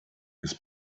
his